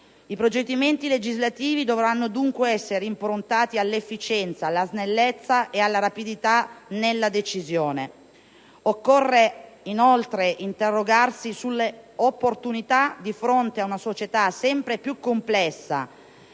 I procedimenti legislativi dovranno dunque essere improntati all'efficienza, alla snellezza e alla rapidità nella decisione. Occorre, inoltre, interrogarsi sull'opportunità, di fronte ad una società sempre più complessa